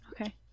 okay